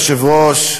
אדוני היושב-ראש,